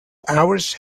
hours